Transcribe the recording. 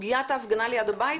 סוגיית ההפגנה ליד הבית,